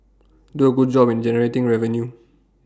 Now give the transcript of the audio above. do A good job in generating revenue